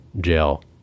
jail